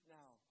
now